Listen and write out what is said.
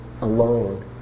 alone